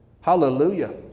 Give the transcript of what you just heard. Hallelujah